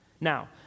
Now